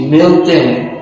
Milton